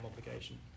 obligation